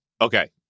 okay